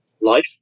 life